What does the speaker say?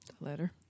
Letter